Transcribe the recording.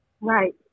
Right